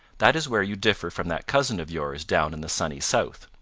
that is where you differ from that cousin of yours down in the sunny south.